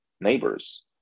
neighbors